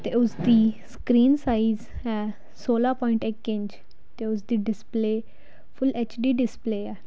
ਅਤੇ ਉਸ ਦੀ ਸਕਰੀਨ ਸਾਈਜ਼ ਹੈ ਸੋਲਾਂ ਪੁਆਇੰਟ ਇੱਕ ਇੰਚ ਅਤੇ ਉਸ ਦੀ display full H D display ਆ